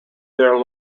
their